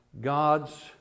God's